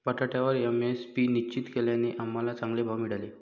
बटाट्यावर एम.एस.पी निश्चित केल्याने आम्हाला चांगले भाव मिळाले